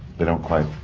they don't quite.